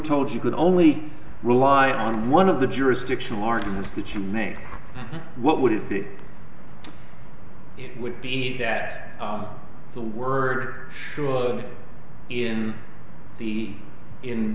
told you could only rely on one of the jurisdictional arguments that you make what would it that it would be that the word in the in